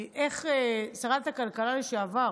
שרת הכלכלה לשעבר,